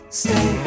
stay